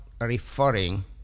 referring